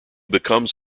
becomes